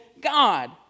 God